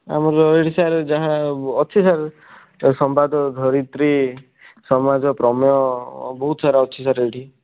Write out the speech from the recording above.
ଆମର ଏଠି ସାର୍ ଯାହାଅଛି ସାର୍ ସମ୍ବାଦ ଧରିତ୍ରୀ ସମାଜ ପ୍ରମେୟ ବହୁତସାରା ଅଛି ସାର୍ ଏଇଠି